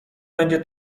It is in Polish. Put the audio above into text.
będzie